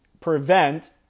prevent